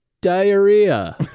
diarrhea